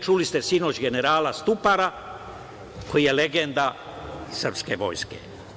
Čuli ste sinoć generala Stupara, koji je legenda srpske vojske.